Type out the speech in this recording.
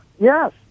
Yes